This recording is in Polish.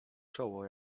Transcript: czoło